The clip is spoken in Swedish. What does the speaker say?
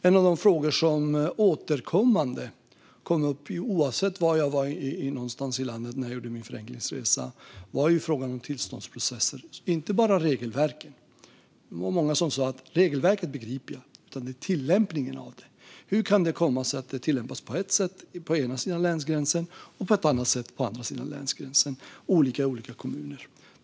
En av de saker som återkommande kom upp oavsett var någonstans jag var i landet när jag gjorde min förenklingsresa var frågan om tillståndsprocesser. Det handlade inte bara om regelverket. Det var många som sa att de begrep regelverket men inte tillämpningen av det. Hur kan det komma sig att det tillämpas på ett sätt på ena sidan länsgränsen och på ett annat sätt på andra sidan länsgränsen? Det har varit olika i olika kommuner.